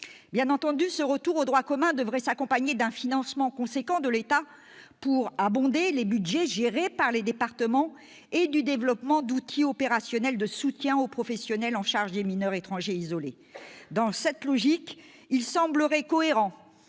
Bien entendu, ce retour au droit commun devrait s'accompagner d'un financement important de l'État pour abonder les budgets gérés par les départements et du développement d'outils opérationnels de soutien aux professionnels chargés des mineurs étrangers isolés. Dans cette logique, il semblerait cohérent